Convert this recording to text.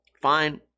fine